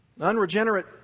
Unregenerate